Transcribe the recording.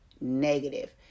negative